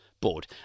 board